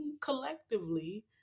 collectively